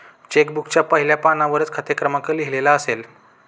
check बुकच्या पहिल्या पानावरच खाते क्रमांक लिहिलेला असेल